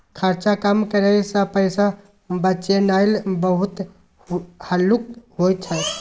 खर्चा कम करइ सँ पैसा बचेनाइ बहुत हल्लुक होइ छै